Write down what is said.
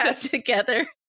together